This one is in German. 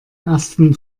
ersten